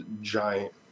giant